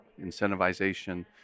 incentivization